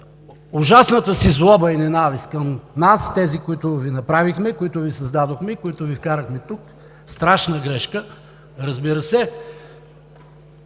ужасната си злоба и ненавист към нас – тези, които Ви направихме, които Ви създадохме, които Ви вкарахме тук. Страшна грешка, разбира се!